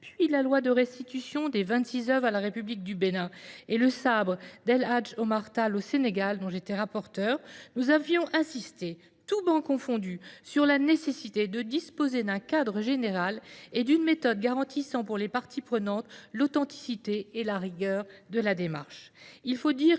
puis la loi de restitution des 26 oeuvres à la République du Bénin et le sabre d'El Hajj Omar Tal au Sénégal dont j'étais rapporteur, nous avions insisté, tout banc confondu, sur la nécessité de disposer d'un cadre général et d'une méthode garantissant pour les parties prenantes l'authenticité et la rigueur de la démarche.